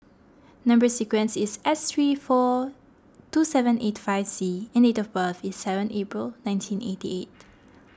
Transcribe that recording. Number Sequence is S three four two seven eight five C and date of birth is seven April nineteen eighty eight